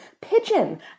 pigeon